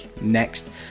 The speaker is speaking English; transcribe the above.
next